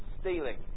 stealing